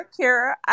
kira